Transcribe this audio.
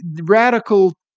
radical